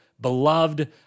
beloved